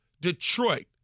Detroit